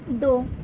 دو